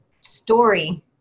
story